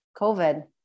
COVID